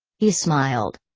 he smiled.